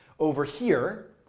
over here,